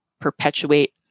perpetuate